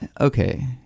okay